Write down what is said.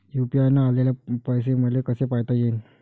UPI न आलेले पैसे मले कसे पायता येईन?